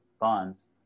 bonds